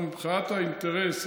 מבחינת האינטרס,